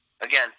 Again